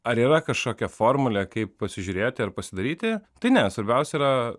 ar yra kažkokia formuėę kaip pasižiūrėti ar pasidaryti tai ne svarbiausia yra